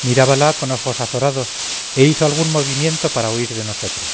mirábala con ojos azorados e hizo algún movimiento para huir de nosotros